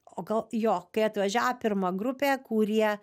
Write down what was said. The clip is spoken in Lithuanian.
o gal jo kai atvažiavo pirma grupė kurie